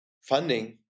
funding